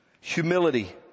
humility